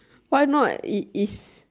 why not is is